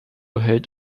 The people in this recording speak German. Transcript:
hält